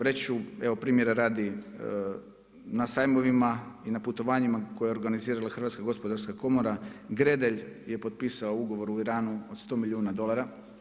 Reći ću, evo primjera radi na sajmovima i na putovanjima koje je organizirala Hrvatska gospodarska komora Gredelj je potpisao ugovor u Iranu od 100 milijuna dolara.